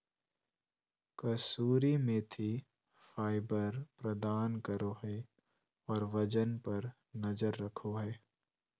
कसूरी मेथी फाइबर प्रदान करो हइ और वजन पर नजर रखो हइ